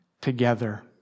Together